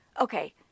Okay